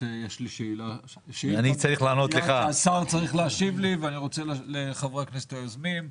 כי יש לי שאילתה עליה השר צריך להשיב לי ולחברי הכנסת היוזמים.